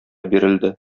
бирелде